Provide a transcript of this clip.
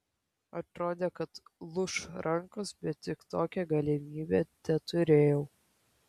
atrodė kad lūš rankos bet tik tokią galimybę teturėjau